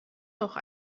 noch